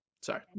Sorry